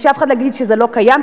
ושאף אחד לא יגיד שזה לא קיים,